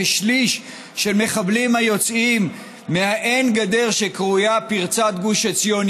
כשליש של מחבלים היוצאים מהאין-גדר שקרויה פרצת גוש עציון,